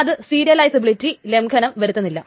അത് സീരിയലൈസിബിളിറ്റിയിൽ ലംഘനം വരുത്തുന്നില്ല